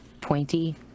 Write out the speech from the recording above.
pointy